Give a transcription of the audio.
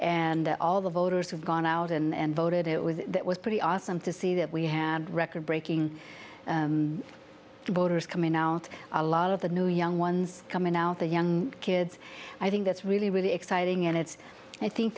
and all the voters have gone out and voted it was it was pretty awesome to see that we have record breaking voters coming out a lot of the new young ones coming out the young kids i think that's really really exciting and it's i think